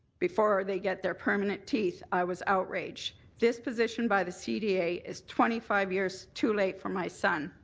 before they get their personal teeth, i was outraged. this position by the cda is twenty five years too late for my son.